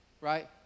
Right